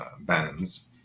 bands